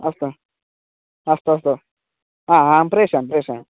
अस्तु अस्तु अस्तु आम् आं प्रेषयामि प्रेषयामि